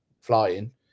flying